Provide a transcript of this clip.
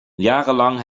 jarenlang